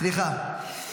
סליחה.